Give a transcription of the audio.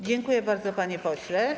Dziękuję bardzo, panie pośle.